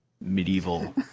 medieval